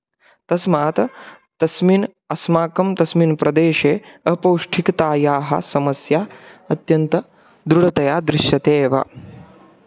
तस्मात् तस्मिन् अस्माकं तस्मिन् प्रदेशे अपौष्टिकतायाः समस्या अत्यन्तदृढतया दृश्यते एव